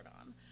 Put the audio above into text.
on